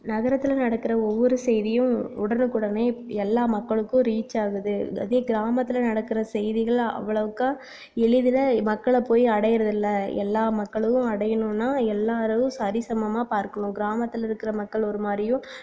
நகரத்தில் நடக்கிற ஒவ்வொரு செய்தியும் உடனுக்குடனே எல்லா மக்களுக்கும் ரீச் ஆகுது அதே கிராமத்தில் நடக்கிற செய்திகள் அவ்ளோவுக்கா எளிதில் மக்களை போய் அடையுறதில்லை எல்லா மக்களும் அடையணும்னா எல்லோரும் சரி சமமாக பார்க்கணும் கிராமத்தில் இருக்கிற மக்கள் ஒருமாதிரியும்